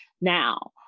now